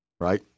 right